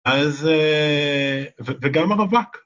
אז... וגם הרווק!